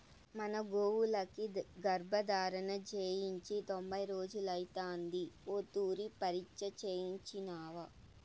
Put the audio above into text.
మన గోవులకి గర్భధారణ చేయించి తొంభై రోజులైతాంది ఓ తూరి పరీచ్ఛ చేయించినావా